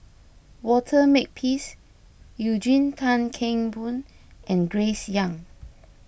Walter Makepeace Eugene Tan Kheng Boon and Grace Young